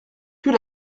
plus